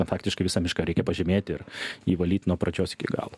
faktiškai visą mišką reikia pažymėti ir jį valyt nuo pradžios iki galo